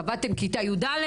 קבעתם כיתה י"א,